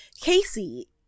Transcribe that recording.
Casey